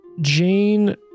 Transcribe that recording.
Jane